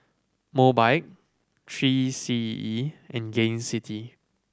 Mobike Three C E and Gain City